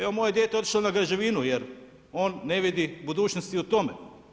Evo moje je dijete otišlo na građevinu jer on ne vidi budućnosti u tome.